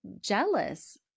jealous